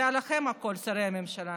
זה עליכם הכול, שרי הממשלה.